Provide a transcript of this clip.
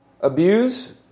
Abuse